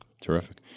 Terrific